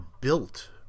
built